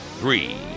three